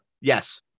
Yes